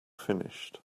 finished